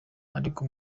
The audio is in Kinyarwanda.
ariko